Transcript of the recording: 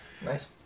Nice